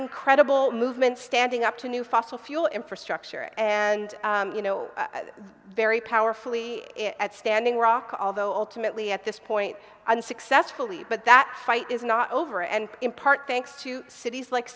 incredible movement standing up to new fossil fuel infrastructure and you know very powerfully at standing rock although ultimately at this point unsuccessfully but that fight is not over and in part thanks to cities like